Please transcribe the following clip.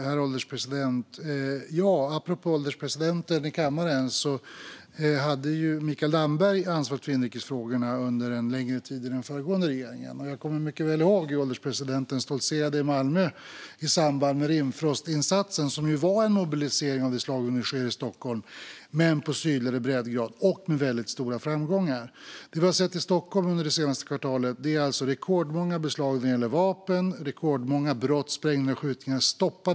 Herr ålderspresident! Apropå ålderspresidenten Mikael Damberg hade Mikael Damberg ansvar för inrikesfrågorna under en längre tid i den föregående regeringen. Jag kommer mycket väl ihåg hur ålderspresidenten stoltserade i Malmö i samband med Rimfrostinsatsen, som ju var en mobilisering av det slag som nu sker i Stockholm och som hade väldigt stora framgångar. Vad har vi då sett i Stockholm under det senaste kvartalet? Det har varit rekordmånga beslag när det gäller vapen. Rekordmånga brott, sprängningar och skjutningar har stoppats.